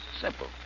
Simple